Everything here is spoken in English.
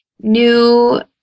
new